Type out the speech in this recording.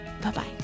Bye-bye